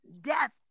death